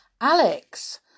Alex